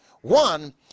One